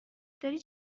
داری